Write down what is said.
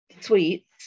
sweets